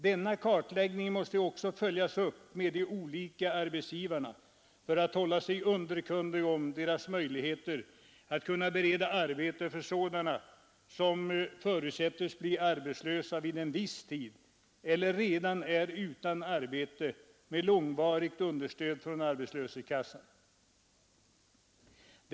Denna kartläggning måste man följa upp hos de olika arbetsgivarna för att hålla sig underkunnig om deras möjligheter att bereda arbete åt sådana som förutsättes bli arbetslösa vid en viss tidpunkt eller som redan är utan arbete med långvarigt understöd från arbetslöshetskassan.